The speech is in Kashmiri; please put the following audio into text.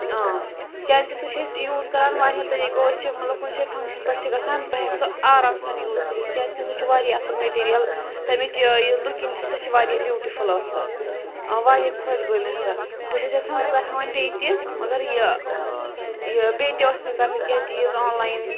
کیٛازکہِ سُہ چھِ أسۍ یوٗز کَران وارِیاہو طٔریٖقو أسۍ چھِ مطلب کُنہِ شایہِ فَنٛگشَن پٮ۪ٹھ چھِ گژھان بہٕ ہٮ۪کہٕ سُہ آرام سان یوٗز کٔرِتھ کیٛازِکہِ سُہ چھُ وارِیاہ اَصٕل مِٹیٖریَل تَمِچ یہِ لُکِنٛگ تہِ سُہ چھِ وارِیاہ بیوٹِفُل ٲس سَہ وارِیاہ خۄش گٔے مےٚ سَہ بہٕ چھَس یَژھان بہٕ کَرٕ ہاونہِ بیٚیہِ تہِ مگر یہِ یہِ بیٚیہِ تہِ ٲس مےٚ کَرنہِ کیٚنٛہہ چیٖز آنلایَن